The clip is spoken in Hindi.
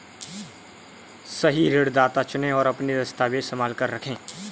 सही ऋणदाता चुनें, और अपने दस्तावेज़ संभाल कर रखें